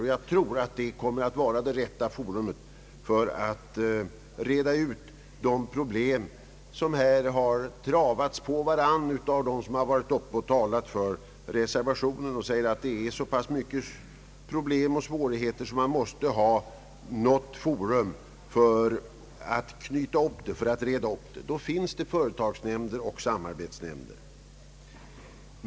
Sådana institutioner tror jag kan bli ett forum för att reda ut problem av den art som här har dragits fram av dem som har talat för reservationen och framhållit nödvändigheten av kontakter för att reda ut mängden av problem och svårigheter.